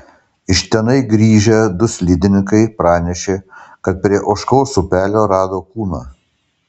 iš tenai grįžę du slidininkai pranešė kad prie ožkos upelio rado kūną